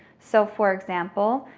so for example,